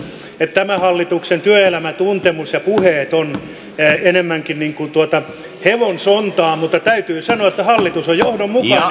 tämän hallituksen työelämätuntemus ja puheet ovat enemmänkin niin kuin tuota hevon sontaa mutta täytyy sanoa että hallitus on johdonmukainen